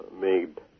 made